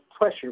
pressure